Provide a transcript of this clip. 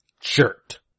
shirt